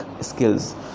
skills